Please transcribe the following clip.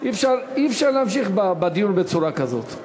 אי-אפשר להמשיך בדיון בצורה כזאת.